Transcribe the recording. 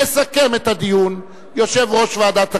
יסכם את הדיון יושב-ראש ועדת הכספים,